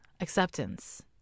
acceptance